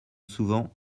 souvent